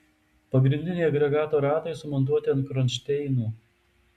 pagrindiniai agregato ratai sumontuoti ant kronšteinų